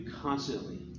constantly